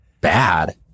bad